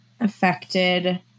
affected